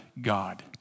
God